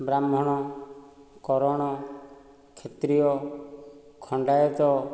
ବ୍ରାହ୍ମଣ କରଣ କ୍ଷତ୍ରିୟ ଖଣ୍ଡାୟତ